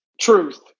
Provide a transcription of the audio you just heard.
truth